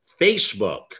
Facebook